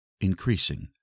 Increasing